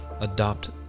adopt